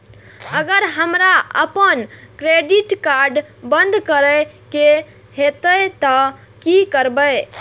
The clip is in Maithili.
अगर हमरा आपन क्रेडिट कार्ड बंद करै के हेतै त की करबै?